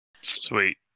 Sweet